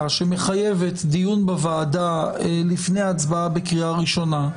שמחייבת דיון בוועדה לפני הצבעה בקריאה ראשונה,